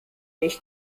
ich